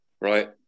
right